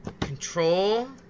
Control